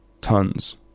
Tons